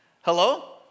hello